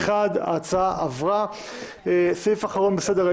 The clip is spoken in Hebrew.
הצבעה בעד הבקשה פה אחד נגד,